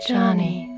Johnny